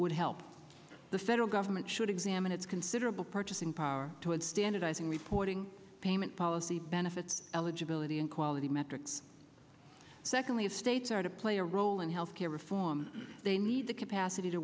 would help the federal government should examine its considerable purchasing power to add standardizing reporting payment policy benefits eligibility and quality metrics secondly the states are to play a role in health care reform they need the capacity to